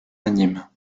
anime